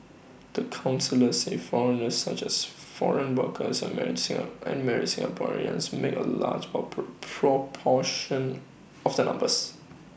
the counsellors say foreigners such as foreign workers and married and married Singaporeans make A large proportion of the numbers